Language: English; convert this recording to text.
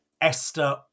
Esther